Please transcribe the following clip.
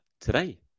today